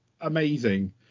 amazing